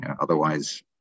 otherwise